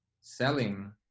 selling